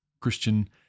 Christian